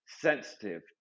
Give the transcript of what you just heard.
sensitive